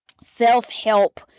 self-help